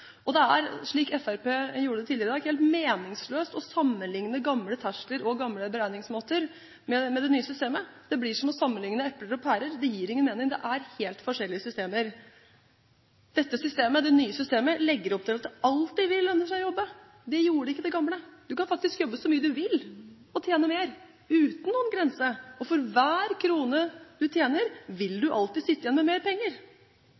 Det er, slik Fremskrittspartiet gjorde tidligere i dag, helt meningsløst å sammenligne gamle terskler og gamle beregningsmåter med det nye systemet. Det blir som å sammenligne epler og pærer. Det gir ingen mening, det er helt forskjellige systemer. Det nye systemet legger opp til at det alltid vil lønne seg å jobbe. Det gjorde ikke det gamle. Man kan faktisk jobbe så mye man vil, og tjene mer, uten noen grense. For hver krone man tjener, vil man alltid sitte igjen med mer penger.